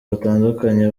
batandukanye